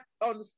on